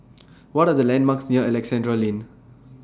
What Are The landmarks near Alexandra Lane